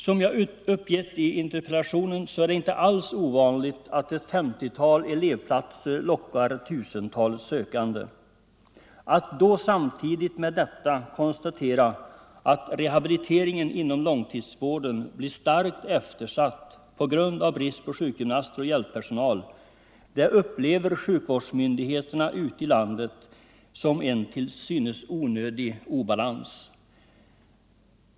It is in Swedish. Som jag uppgett i interpellationen är det inte ovanligt att ett femtiotal elevplatser lockar tusentalet sökande. Att samtidigt rehabiliteringen inom långtidsvården blir starkt eftersatt på grund av brist på sjukgymnaster och hjälppersonal upplever sjukvårdsmyndigheterna ute i landet som en onödig obalans.